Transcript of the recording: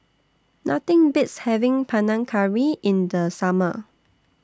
Nothing Beats having Panang Curry in The Summer